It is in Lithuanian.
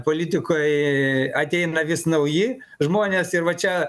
politikoj ateina vis nauji žmonės ir va čia